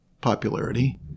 popularity